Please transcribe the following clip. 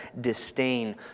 disdain